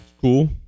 Cool